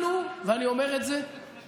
אנחנו, ואני אומר את זה חד-משמעית,